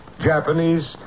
Japanese